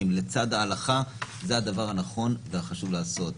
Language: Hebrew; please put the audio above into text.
לצד ההלכה זה הדבר הנכון והחשוב לעשות.